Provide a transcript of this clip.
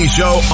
show